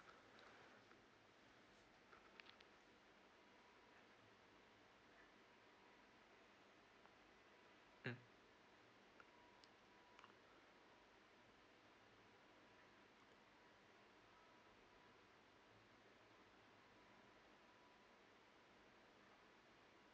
mm